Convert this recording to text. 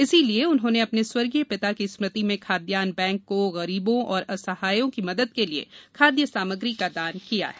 इसलिए उन्होंने अपने स्वर्गीय पिता की स्मृति में खादयान्न बैंक को गरीबों एवं असहायों की मदद के लिए खाद्य सामग्री का दान किया है